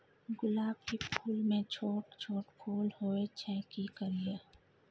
गुलाब के फूल में छोट छोट फूल होय छै की करियै?